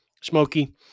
Smoky